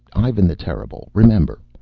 ivan the terrible, remember.